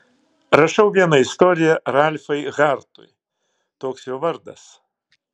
rašau vieną istoriją ralfai hartui toks jo vardas